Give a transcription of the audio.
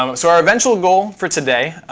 um so our eventual goal for today,